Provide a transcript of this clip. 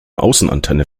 außenantenne